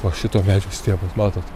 o šito medžio stiebas matot